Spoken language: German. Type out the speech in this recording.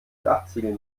dachziegel